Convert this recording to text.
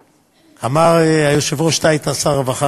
אמר היושב-ראש שאתה היית שר הרווחה